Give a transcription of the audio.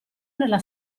nella